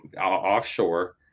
offshore